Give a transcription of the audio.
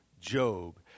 Job